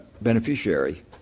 beneficiary